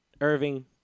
Irving